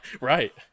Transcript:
Right